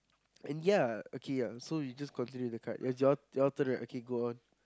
and ya okay yeah so you just continue the card your your turn right okay go on